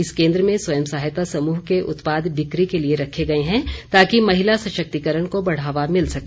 इस केंद्र में स्वयं सहायता समुह के उत्पाद बिक्री के लिए रखे गए हैं ताकि महिला सशक्तिकरण को बढ़ावा मिल सके